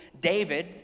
David